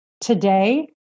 today